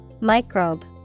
Microbe